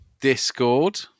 Discord